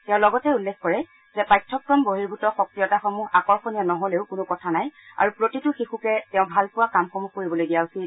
তেওঁ লগতে উল্লেখ কৰে যে পাঠ্যক্ৰম বহিৰ্ভত সক্ৰিয়তাসমূহ আকৰ্ষণীয় নহ'লেও কোনো কথা নাই আৰু প্ৰতিটো শিশুকে তেওঁ ভালপোৱা কামসমূহ কৰিবলৈ দিয়া উচিত